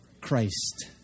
Christ